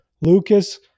Lucas